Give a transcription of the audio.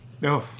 No